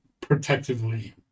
protectively